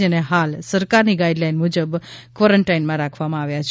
જેને હાલ સરકારની ગાઇડ લાઈન મુજબ ક્વોરેન્ટાઇનમાં રાખવામાં આવ્યા છે